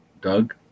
Doug